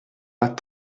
pas